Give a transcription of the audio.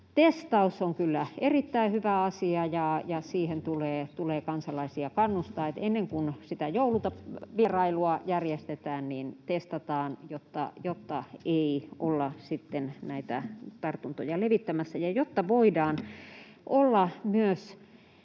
testaus on kyllä erittäin hyvä asia, ja siihen tulee kansalaisia kannustaa, että ennen kuin sitä jouluvierailua järjestetään, niin testataan, jotta ei olla sitten näitä tartuntoja levittämässä